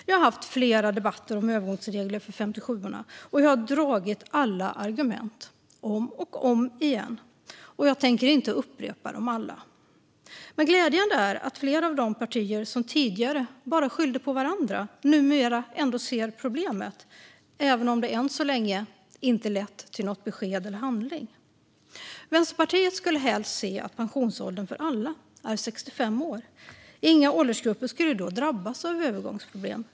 Jag har haft flera debatter om övergångsregler för 57:orna, och jag har dragit alla argument om och om igen och tänker inte upprepa dem. Glädjande är att flera av de partier som tidigare bara skyllde på varandra numera ändå ser problemet, även om det än så länge inte har lett till något besked eller handling. Vänsterpartiet skulle helst se att pensionsåldern för alla är 65 år. Inga åldersgrupper skulle då drabbas av övergångsproblem.